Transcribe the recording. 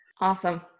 Awesome